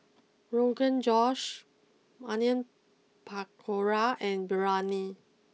Rogan Josh Onion Pakora and Biryani